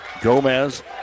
Gomez